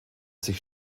sich